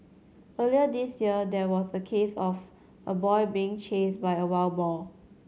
earlier this year there was a case of a boy being chased by a wild boar